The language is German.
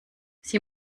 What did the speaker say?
sie